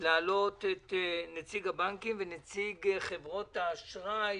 להעלות את נציג הבנקים ונציג חברות האשראי,